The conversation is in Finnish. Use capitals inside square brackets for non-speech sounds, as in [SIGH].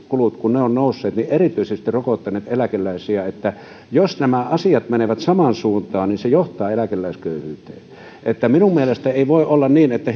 kulut ovat nousseet niin se on rokottanut erityisesti eläkeläisiä jos nämä asiat menevät samaan suuntaan niin se johtaa eläkeläisköyhyyteen minun mielestäni ei voi olla niin että [UNINTELLIGIBLE]